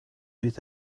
with